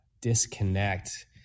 disconnect